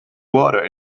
water